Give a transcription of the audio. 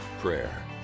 prayer